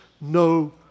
no